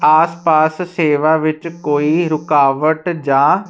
ਆਸ ਪਾਸ ਸੇਵਾ ਵਿੱਚ ਕੋਈ ਰੁਕਾਵਟ ਜਾਂ